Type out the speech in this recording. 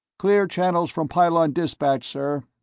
clear channels from pylon dispatch, sir.